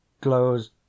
glows